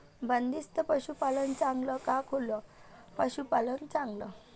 बंदिस्त पशूपालन चांगलं का खुलं पशूपालन चांगलं?